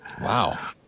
Wow